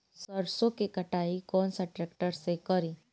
सरसों के कटाई कौन सा ट्रैक्टर से करी?